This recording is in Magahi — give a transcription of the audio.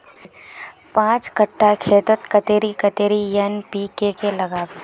पाँच कट्ठा खेतोत कतेरी कतेरी एन.पी.के के लागबे?